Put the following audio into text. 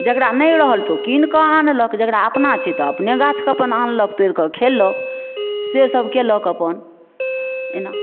जकरा नहि रहल तऽ ओ कीनकऽ आनलक जकरा अपना छै तऽ अपने गाछके अपन आनलक तोड़िकऽ खयलक से सब कयलक अपन एना